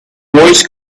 voice